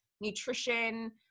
nutrition